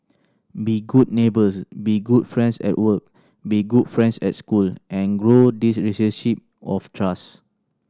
be good neighbours be good friends at work be good friends at school and grow this of trust